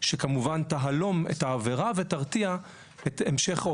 שכמובן תהלום את העבירה ותרתיע את המשך או